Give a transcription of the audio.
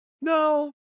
No